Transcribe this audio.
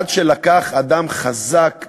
עד שלקח אדם חזק,